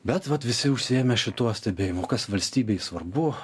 bet vat visi užsiėmę šituo stebėjimu kas valstybei svarbu